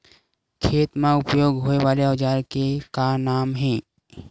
खेत मा उपयोग होए वाले औजार के का नाम हे?